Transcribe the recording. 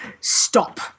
stop